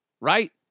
right